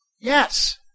Yes